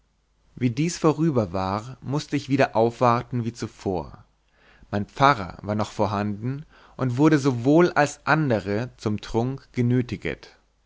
wie dies vorüber mußte ich wieder aufwarten wie zuvor mein pfarrer war noch vorhanden und wurde sowohl als andere zum trunk genötiget